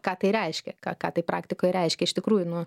ką tai reiškia ką ką tai praktikoj reiškia iš tikrųjų nu